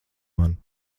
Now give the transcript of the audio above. man